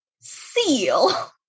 seal